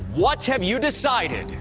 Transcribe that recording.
what have you decided?